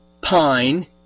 pine